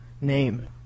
name